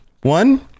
one